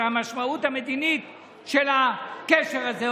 והמשמעות המדינית של הקשר הזה,